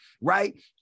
right